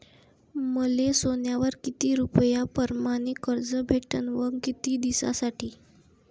मले सोन्यावर किती रुपया परमाने कर्ज भेटन व किती दिसासाठी?